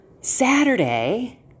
Saturday